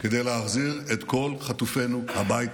כדי להחזיר את כל חטופינו הביתה.